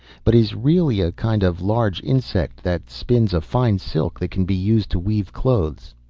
but is really a kind of large insect that spins a fine silk that can be used to weave clothes?